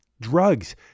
Drugs